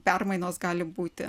permainos gali būti